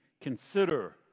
consider